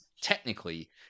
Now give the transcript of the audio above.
technically